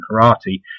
karate